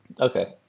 Okay